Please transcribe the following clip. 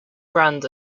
grand